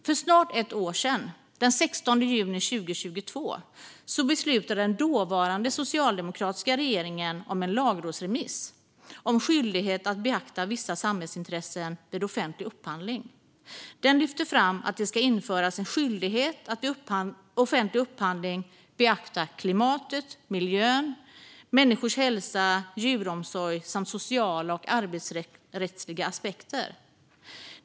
För snart ett år sedan, den 16 juni 2022, beslutade den dåvarande socialdemokratiska regeringen om en lagrådsremiss gällande skyldighet att beakta vissa samhällsintressen vid offentlig upphandling. Den lyfte fram att det ska införas en skyldighet att vid offentlig upphandling beakta klimatet, miljön, människors hälsa, djuromsorg samt sociala och arbetsrättsliga aspekter.